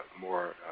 more